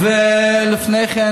ולפני כן,